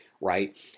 right